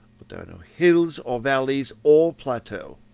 but there are no hills or valleys or plateaux.